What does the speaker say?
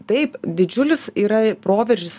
taip didžiulis yra proveržis